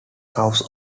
house